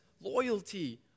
loyalty